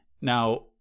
now